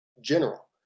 general